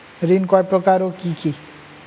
ঋণ কয় প্রকার ও কি কি?